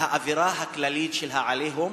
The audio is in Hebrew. מהאווירה הכללית של ה"עליהום",